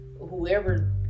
whoever